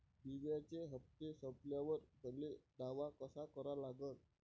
बिम्याचे हप्ते संपल्यावर मले दावा कसा करा लागन?